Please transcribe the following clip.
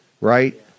right